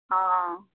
অঁ